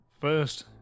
first